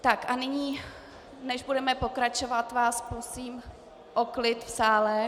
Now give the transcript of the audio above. A nyní, než budeme pokračovat, vás prosím o klid v sále.